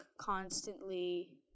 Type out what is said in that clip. constantly